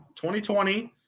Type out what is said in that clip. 2020